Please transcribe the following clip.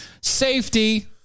safety